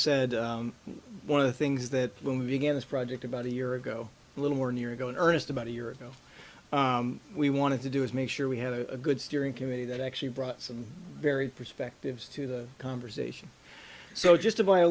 said one of the things that when we began this project about a year ago little or near ago in earnest about a year ago we wanted to do is make sure we had a good steering committee that actually brought some very perspectives to the conversation so just to buy a